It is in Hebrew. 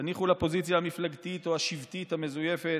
תניחו לפוזיציה המפלגתית או השבטית המזויפת.